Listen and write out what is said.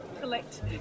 Collect